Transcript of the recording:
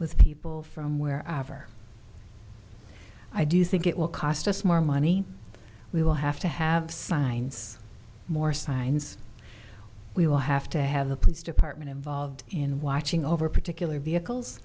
with people from where ever i do think it will cost us more money we will have to have signs more signs we will have to have the police department involved in watching over particular vehicles